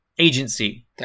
agency